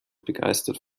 begeistert